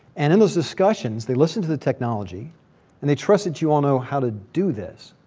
and in those discussion, they listen to the technology and they trust that you all know how to do this,